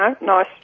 nice